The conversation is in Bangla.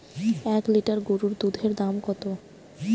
এক লিটার গোরুর দুধের দাম কত?